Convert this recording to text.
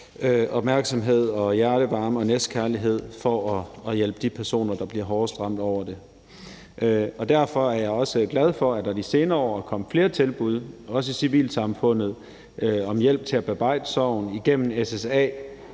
opmærksomhed og hjertevarme og næstekærlighed for at hjælpe de personer, der bliver hårdest ramt, over det. Derfor er jeg også glad for, at der også i civilsamfundet i de senere år er kommet flere tilbud om hjælp til at bearbejde sorgen igennem